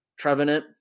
Trevenant